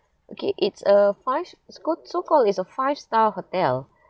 okay it's a five so so called it's a five star hotel